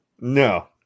No